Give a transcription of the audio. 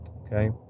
okay